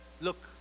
Look